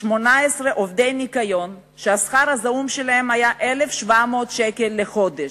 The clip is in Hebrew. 18 עובדי ניקיון שהשכר הזעום שלהם היה 1,700 שקל בחודש.